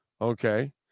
Okay